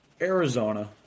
Arizona